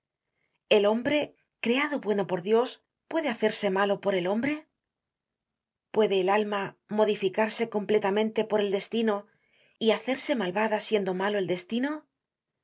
el hombre creado bueno por dios puede hacerse malo por el hombre puede el alma modificarse completamente por el destino y hacerse malvada siendo malo el destino